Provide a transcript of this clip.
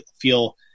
feel